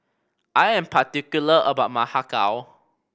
I am particular about my Har Kow